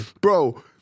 Bro